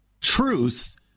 truth